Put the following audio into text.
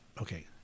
Okay